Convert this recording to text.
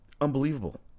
unbelievable